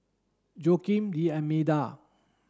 Joaquim D Almeida